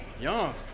Young